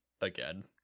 again